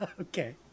Okay